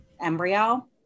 embryo